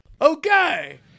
Okay